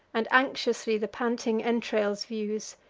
and anxiously the panting entrails views.